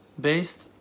based